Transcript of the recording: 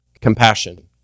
Compassion